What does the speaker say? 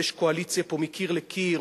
ויש קואליציה פה מקיר לקיר,